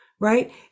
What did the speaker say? Right